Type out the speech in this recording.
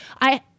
I-